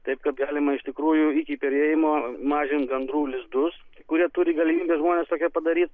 taip kad galima iš tikrųjų iki perėjimo mažint gandrų lizdus kurie turi galimybę žmonės tokią padaryt